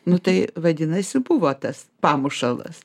nu tai vadinasi buvo tas pamušalas